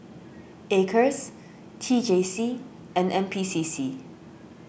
Acres T J C and N P C C